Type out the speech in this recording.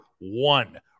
one